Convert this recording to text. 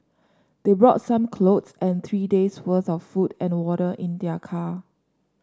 they brought some clothes and three days' worth of food and water in their car